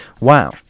Wow